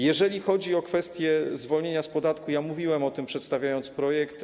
Jeżeli chodzi o kwestie zwolnienia z podatku, mówiłem o tym, przedstawiając projekt.